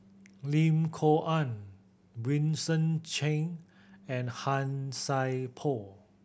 Lim Kok Ann Vincent Cheng and Han Sai Por